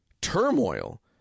turmoil